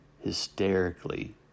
hysterically